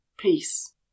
peace